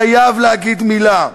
חייב להגיד מילה.